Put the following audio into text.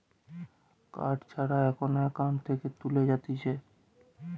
card ছাড়া এখন account থেকে তুলে যাতিছে